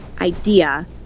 idea